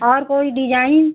और कोई डिजाइन